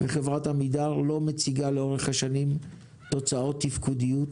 חברת עמידר לא מציגה לאורך השנים תוצאות תפקודיות